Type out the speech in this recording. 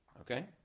Okay